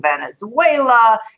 venezuela